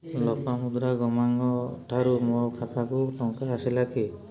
ଲୋପାମୁଦ୍ରା ଗମାଙ୍ଗ ଠାରୁ ମୋ ଖାତାକୁ ଟଙ୍କା ଆସିଲା କି